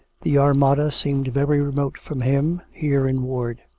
the armada seemed very remote from him, here in ward.